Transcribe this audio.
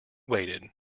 waited